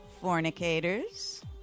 fornicators